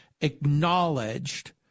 acknowledged